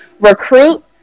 recruit